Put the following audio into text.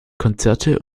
konzerte